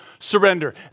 Surrender